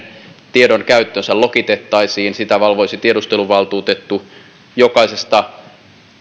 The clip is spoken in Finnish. tiedonkäyttö lokitettaisiin sitä valvoisi tiedusteluvaltuutettu jokaisesta